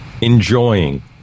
enjoying